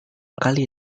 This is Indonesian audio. kali